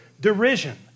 Derision